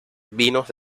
vinos